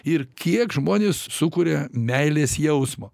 ir kiek žmonės sukuria meilės jausmo